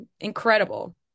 incredible